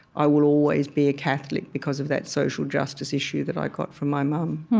i will always be a catholic because of that social justice issue that i got from my mom